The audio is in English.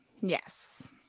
Yes